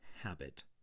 habit